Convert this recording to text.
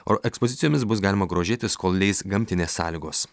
o ekspozicijomis bus galima grožėtis kol leis gamtinės sąlygos